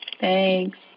Thanks